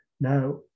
Now